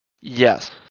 yes